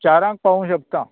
चारांक पावूंक शकता